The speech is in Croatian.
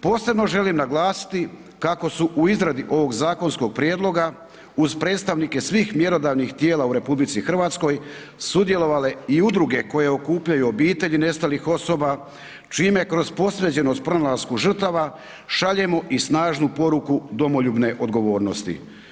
Posebno želim naglasiti kako su u izradi ovog zakonskog prijedloga uz predstavnike svih mjerodavnih tijela u RH sudjelovale i udruge koje okupljaju obitelji nestalih osoba čime kroz posvećenost pronalasku žrtava šaljemo i snažnu poruku domoljubne odgovornosti.